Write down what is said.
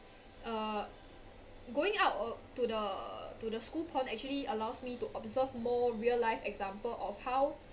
uh going out or to the to the school pond actually allows me to observe more real life examples of how